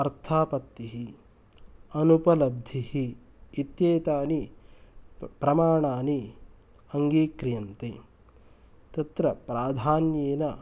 अर्थापत्तिः अनुपलब्धिः इत्येतानि प्रमाणानि अङ्गीक्रियन्ते तत्र प्राधान्येन